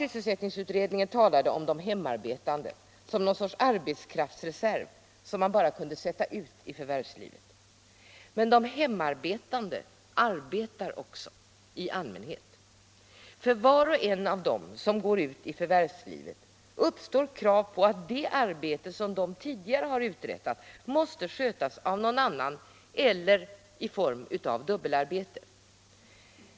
Sysselsättningsutredningen talade om de hemarbetande som någon sorts arbetskraftsreserv sorn man bara kunde sätta ut i förvärvslivet. Men de hemarbetande arberar också i allmänhet. För var och en av dem som går ut i förvärvslivet uppstår krav på att det arbete som de tidigare har uträttat måste skötas av någon annan eller i form av dubbelarbete.